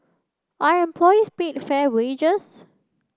are employees paid fair wages